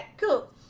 cool